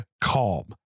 calm